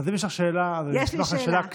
אז אם יש לך שאלה, אני אשמח לשאלה קצרה,